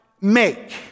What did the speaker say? make